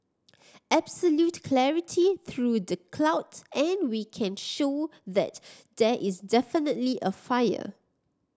absolute clarity through the clouds and we can show that there is definitely a fire